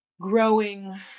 growing